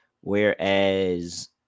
Whereas